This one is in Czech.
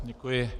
Děkuji.